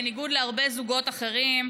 בניגוד להרבה זוגות אחרים,